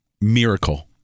Miracle